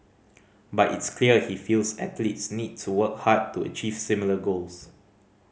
but it's clear he feels athletes need to work hard to achieve similar goals